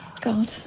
God